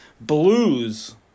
blues